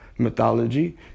Mythology